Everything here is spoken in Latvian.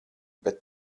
bet